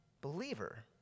believer